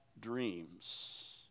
dreams